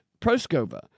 Proskova